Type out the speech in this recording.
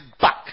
back